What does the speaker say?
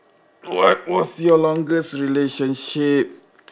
what was your longest relationship